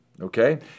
okay